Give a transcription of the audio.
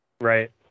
Right